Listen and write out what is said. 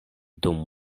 dum